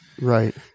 Right